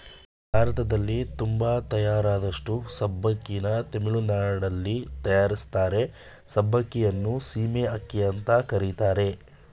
ಭಾರತದಲ್ಲಿ ತೊಂಬತಯ್ದರಷ್ಟು ಸಬ್ಬಕ್ಕಿನ ತಮಿಳುನಾಡಲ್ಲಿ ತಯಾರಿಸ್ತಾರೆ ಸಬ್ಬಕ್ಕಿಯನ್ನು ಸೀಮೆ ಅಕ್ಕಿ ಅಂತ ಕರೀತಾರೆ